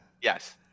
Yes